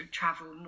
travel